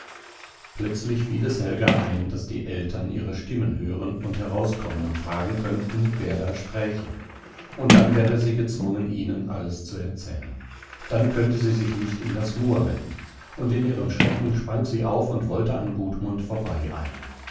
plötzlich fiel es helga ein daß die eltern ihre stimmen hören und herauskommen und fragen könnten wer da spräche und dann wäre sie gezwungen ihnen alles zu erzählen dann könnte sie sich nicht in das moor retten und in ihrem schrecken sprang sie auf und wollte an gudmund vorbeieilen